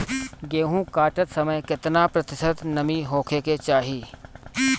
गेहूँ काटत समय केतना प्रतिशत नमी होखे के चाहीं?